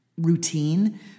routine